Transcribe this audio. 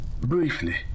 Briefly